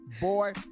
Boy